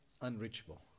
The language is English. unreachable